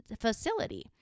facility